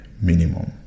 minimum